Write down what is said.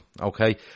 Okay